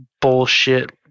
bullshit